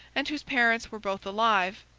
and whose parents were both alive,